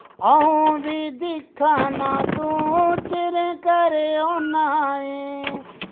अऊं ब दिक्खा ना तूं चिरें घर औन्ना ऐं